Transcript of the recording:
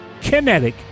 kinetic